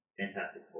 Fantastic